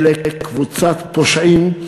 אלה קבוצת פושעים,